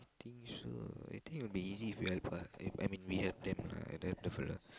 think so I think it will be easy if you help ah I I mean if we have them lah that that fella